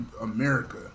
America